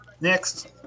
Next